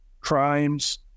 crimes